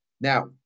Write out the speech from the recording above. Now